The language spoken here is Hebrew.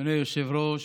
אדוני היושב-ראש,